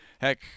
Heck